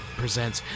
presents